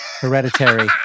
Hereditary